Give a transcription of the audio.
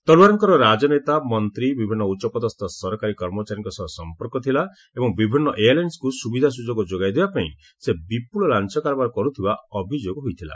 ତଲୱାରଙ୍କର ରାଜନେତା ମନ୍ତ୍ରୀ ବିଭିନ୍ନ ଉଚ୍ଚପଦସ୍ଥ ସରକାରୀ କର୍ମଚାରୀଙ୍କ ସହ ସଂପର୍କ ଥିଲା ଏବଂ ବିଭିନ୍ନ ଏୟାରଲାଇନ୍କୁ ସୁବିଧା ସୁଯୋଗ ଯୋଗାଇଦେବା ପାଇଁ ସେ ବିପୁଳ ଲାଞ୍ଚ କାରବାର କରୁଥିବା ଅଭିଯୋଗ ହୋଇଥିଲା